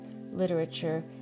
literature